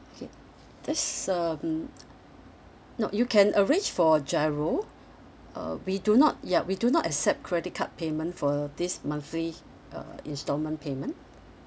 okay just um no you can arrange for giro uh we do not yup we do not accept credit card payment for this monthly uh instalment payment